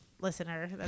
listener